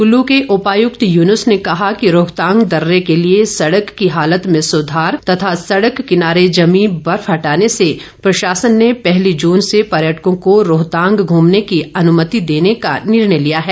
कल्लू के उपायुक्त युनूस ने कहा कि रोहतांग दर्रे के लिए सड़क की हालत में सुधार तथा सड़क किनारे जमी बर्फ हटाने से प्रशासन ने पहली जून से पर्यटकों को रोहतांग घूमने की अनुमति देने का निर्णय लिया है